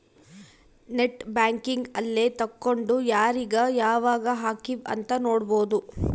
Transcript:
net banking ಅಲ್ಲೆ ತೆಕ್ಕೊಂಡು ಯಾರೀಗ ಯಾವಾಗ ಹಕಿವ್ ಅಂತ ನೋಡ್ಬೊದು